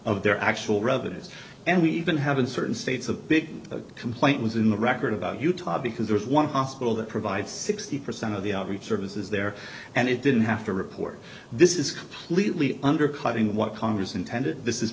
of their actual revenues and we even have in certain states a big complaint was in the record about utah because there is one hospital that provides sixty percent of the services there and it didn't have to report this is completely undercutting what congress intended this is